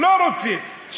לא רוצים,